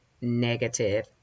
negative